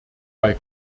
bei